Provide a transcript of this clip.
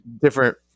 different